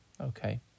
Okay